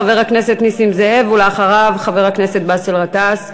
חבר הכנסת נסים זאב, ואחריו, חבר הכנסת באסל גטאס.